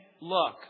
Look